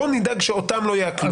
בוא נדאג שאותם לא יעקלו.